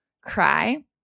cry